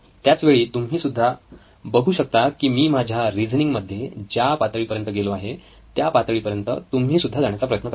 त्याचवेळी तुम्ही हे सुद्धा बघू शकता की मी माझ्या रिझनिंग मध्ये ज्या पातळीपर्यंत गेलो होतो त्या पातळीपर्यंत तुम्ही सुद्धा जाण्याचा प्रयत्न करा